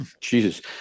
Jesus